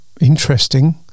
Interesting